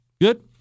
Good